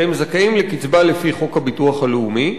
והם זכאים לקצבה לפי חוק הביטוח הלאומי.